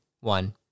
one